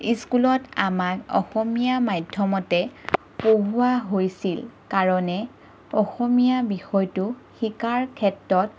স্কুলত আমাক অসমীয়া মাধ্যমতে পঢ়োৱা হৈছিল কাৰণে অসমীয়া বিষয়টো শিকাৰ ক্ষেত্ৰত